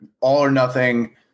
all-or-nothing